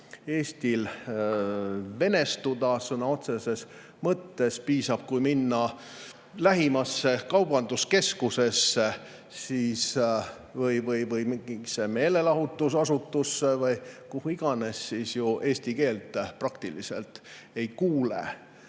Eestil venestuda sõna otseses mõttes. Piisab sellest, kui minna lähimasse kaubanduskeskusesse või mingisse meelelahutusasutusse või kuhu iganes, eesti keelt ju praktiliselt ei kuule.